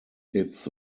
its